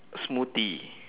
smoothie